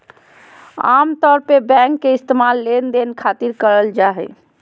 आमतौर पर बैंक के इस्तेमाल लेनदेन खातिर करल जा हय